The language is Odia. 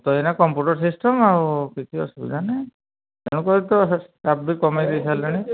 ତ ଏଇନା କମ୍ପ୍ୟୁଟର୍ ସିଷ୍ଟମ୍ ଆଉ କିଛି ଅସୁବିଧା ନାହିଁ ତେଣୁ କରି ତ ଷ୍ଟାଫ୍ ବି କମାଇ ଦେଇ ସାରିଲେଣି